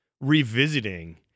revisiting